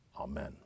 Amen